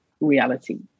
reality